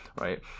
right